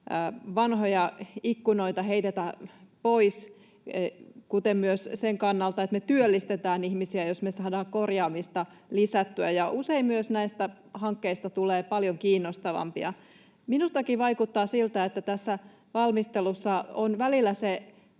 vanhoja ikkunoita ei heitetä pois, kuten myös sen kannalta, että me työllistetään ihmisiä, jos me saadaan korjaamista lisättyä. Ja usein myös näistä hankkeista tulee paljon kiinnostavampia. Minustakin vaikuttaa siltä, että tässä valmistelussa on välillä se